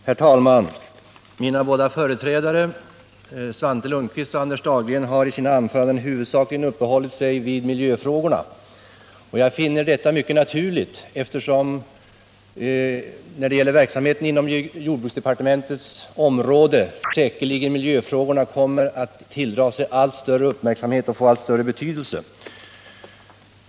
Herr talman! Mina båda företrädare, Svante Lundkvist och Anders Dahlgren, har i sina anföranden huvudsakligen uppehållit sig vid miljöfrågorna. Och jag finner detta mycket naturligt, eftersom miljöfrågorna säkerligen kommer att tilldra sig allt större uppmärksamhet och få allt större betydelse när det gäller verksamheten inom jordbruksdepartementets område.